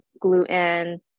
gluten